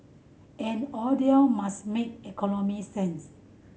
and all deal must make economic sense